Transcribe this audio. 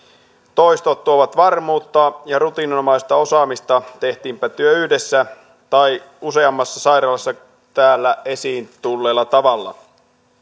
toistot tuovat varmuutta ja rutiininomaista osaamista tehtiinpä työ yhdessä tai useammassa sairaalassa täällä esiin tulleella tavalla